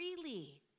freely